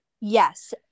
Yes